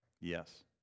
Yes